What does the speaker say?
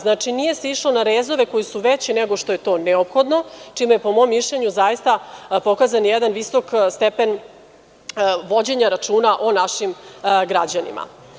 Znači, nije se išlo na rezove koji su veći nego što je to neophodno, čime je po mom mišljenju zaista pokazan jedan visoki stepen vođenja računa o našim građanima.